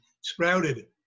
sprouted